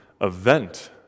event